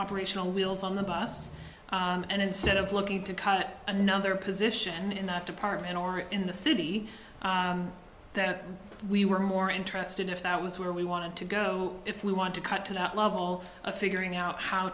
operational wheels on the bus and instead of looking to cut another position in that department or in the city that we were more interested if that was where we wanted to go if we want to cut to that level of figuring out how